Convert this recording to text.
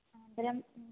अनन्तरम्